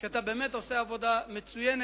כי אתה באמת עושה עבודה מצוינת,